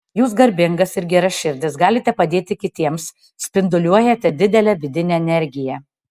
jūs garbingas ir geraširdis galite padėti kitiems spinduliuojate didelę vidinę energiją